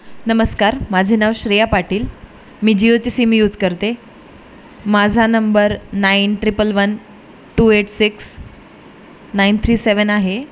नमस्कार माझे नाव श्रेया पाटील मी जिओचे सिम यूज करते माझा number nine triple one two eight six nine three seven आहे